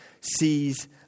sees